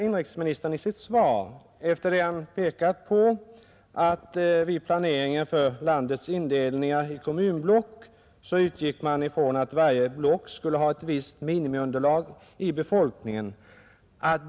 Inrikesministern säger nu i sitt svar bl.a.: ”Vid planeringen för landets indelning i kommunblock utgick man ifrån att varje block skulle ha ett visst minimiunderlag i befolkning.